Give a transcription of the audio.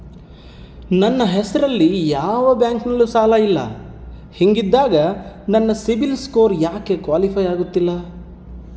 ನನ್ನ ಹೆಸರಲ್ಲಿ ಯಾವ ಬ್ಯಾಂಕಿನಲ್ಲೂ ಸಾಲ ಇಲ್ಲ ಹಿಂಗಿದ್ದಾಗ ನನ್ನ ಸಿಬಿಲ್ ಸ್ಕೋರ್ ಯಾಕೆ ಕ್ವಾಲಿಫೈ ಆಗುತ್ತಿಲ್ಲ?